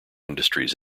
industries